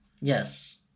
Yes